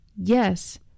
Yes